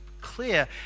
clear